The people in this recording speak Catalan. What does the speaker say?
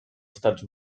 estats